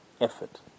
effort